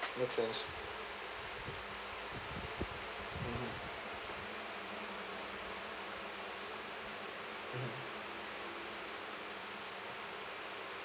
mmhmm